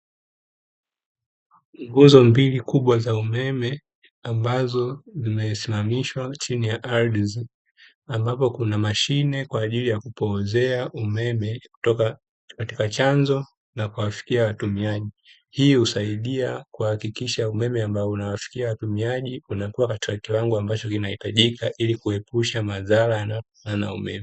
Nguzo mbili kubwa za umeme ambazo zimesimamishwa chini ya ardhi, ambapo kuna mashine kwa ajili ya kupoozea umeme kutoka katika chanzo na kuwafikia watumiaji. Hii husaidia kuhakikisha umeme ambao unawafikia watumiaji unakua katika kiwango ambacho kinachohitajika, ili kupeusha madhara yanayotokana na umeme.